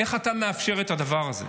איך אתה מאפשר את הדבר הזה?